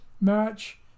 match